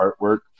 artwork